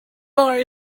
bar